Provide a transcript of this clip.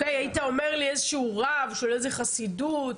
היית אומר לי איזשהו רב של איזה חסידות.